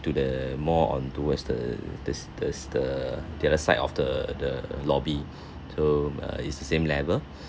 to the more on towards the this this the the other side of the the lobby so err it's the same level